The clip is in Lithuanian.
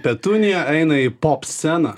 petunija eina į popsceną